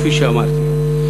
כפי שאמרתי.